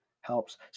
helps